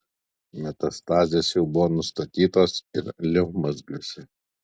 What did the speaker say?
metastazės jau buvo nustatytos ir limfmazgiuose